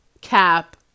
cap